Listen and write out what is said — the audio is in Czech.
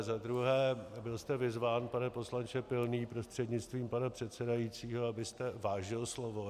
Za druhé, byl jste vyzván, pane poslanče Pilný prostřednictvím pana předsedajícího, abyste vážil slovo.